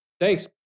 Thanks